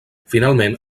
finalment